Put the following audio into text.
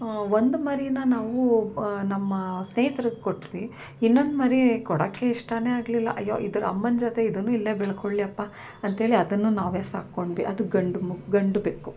ಒಂದು ಮರಿ ನಾವು ನಮ್ಮ ಸ್ನೇಹಿತ್ರಿಗೆ ಕೊಟ್ವಿ ಇನ್ನೊಂದು ಮರಿ ಕೊಡೋಕ್ಕೆ ಇಷ್ಟವೇ ಆಗಲಿಲ್ಲ ಅಯ್ಯೋ ಇದ್ರ ಅಮ್ಮನ ಜೊತೆ ಇದೂ ಇಲ್ಲೇ ಬೆಳ್ಕೊಳ್ಳಿಯಪ್ಪಾ ಅಂತ್ಹೇಳಿ ಅದನ್ನು ನಾವೇ ಸಾಕ್ಕೊಂಡ್ವಿ ಅದು ಗಂಡು ಮ ಗಂಡು ಬೆಕ್ಕು